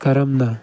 ꯀꯔꯝꯅ